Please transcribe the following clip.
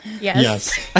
Yes